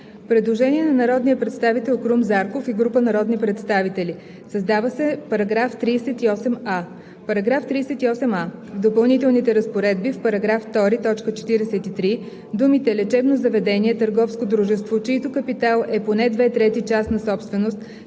Предложение на народния представител Крум Зарков и група народни представители: „Създава се § 38а: „§ 38а. В допълнителните разпоредби в § 2, т. 43 думите „Лечебно заведение — търговско дружество, чийто капитал е поне две трети частна собственост,